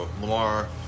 Lamar